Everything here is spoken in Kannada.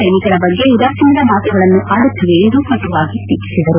ಸೈನಿಕರ ಬಗ್ಗೆ ಉದಾಸೀನದ ಮಾತುಗಳನ್ನು ಆಡುತ್ತಿವೆ ಎಂದು ಕಟುವಾಗಿ ಟೀಕಿಸಿದರು